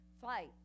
Fight